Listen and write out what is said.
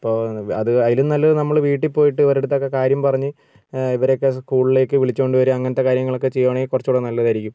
അപ്പോൾ അത് അതിലും നല്ലത് നമ്മൾ വീട്ടിൽ പോയിട്ട് ഇവരുടെ അടുത്തൊക്കെ കാര്യം പറഞ്ഞ് ഇവരെയൊക്കെ സ്കൂളിലേക്ക് വിളിച്ചുകൊണ്ട് വരുക അങ്ങനത്തെ കാര്യങ്ങളൊക്കെ ചെയ്യുവാണെങ്കിൽ കുറച്ചുകൂടെ നല്ലതായിരിക്കും